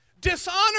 dishonor